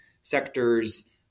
sectors